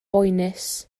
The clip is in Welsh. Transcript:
boenus